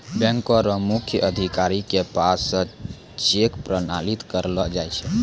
बैंको र मुख्य अधिकारी के पास स चेक प्रमाणित करैलो जाय छै